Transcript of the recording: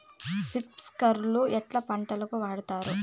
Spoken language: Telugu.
స్ప్రింక్లర్లు ఎట్లా పంటలకు వాడుతారు?